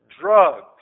Drugs